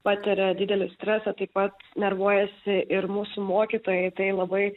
patiria didelį stresą taip pat nervuojasi ir mūsų mokytojai tai labai